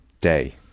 day